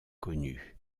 connue